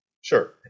Sure